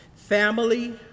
family